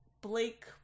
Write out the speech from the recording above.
Blake